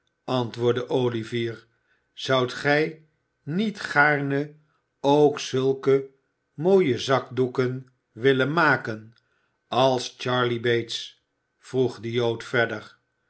antwoordde olivier zoudt gij niet gaarne ook zulke mooie zak doeken willen maken als charley bates vroeg de jood verder